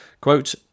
quote